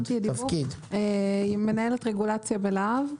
אני מנהלת רגולציה בלה"ב.